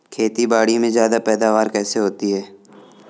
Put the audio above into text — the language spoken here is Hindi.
खेतीबाड़ी में ज्यादा पैदावार कैसे होती है?